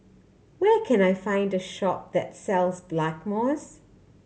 where can I find the shop that sells Blackmores